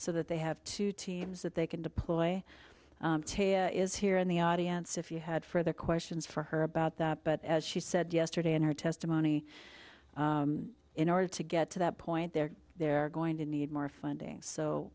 so that they have two teams that they can deploy is here in the audience if you had further questions for her about that but as she said yesterday in her testimony in order to get to that point there they're going to need more funding so